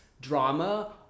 drama